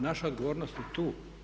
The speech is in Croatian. Naša odgovornost je tu.